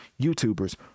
YouTubers